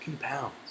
pounds